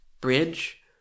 Bridge